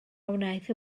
wnaeth